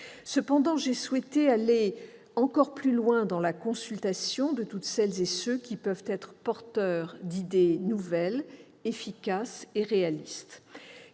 Cependant, j'ai souhaité aller plus loin dans la consultation de celles et ceux qui peuvent être porteurs d'idées nouvelles, efficaces et réalistes,